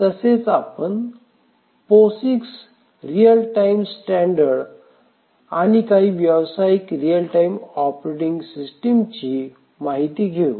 तसेच आपण POSIX real time standard आणि काही व्यावसायिक रियल टाइम ऑपरेटिंग सिस्टिम ची माहिती घेऊ